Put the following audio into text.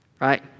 right